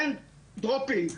אין דרופינג.